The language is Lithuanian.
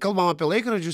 kalbam apie laikrodžius